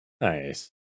nice